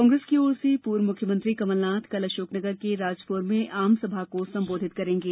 कांग्रेस की और से पूर्व मुख्यमंत्री कमलनाथ कल अशोकनगर के राजपुर में आमसभा को संबोधित करेंगे